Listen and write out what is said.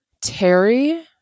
Terry